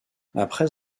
après